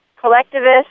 collectivist